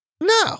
No